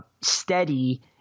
steady